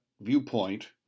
viewpoint